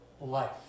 life